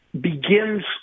begins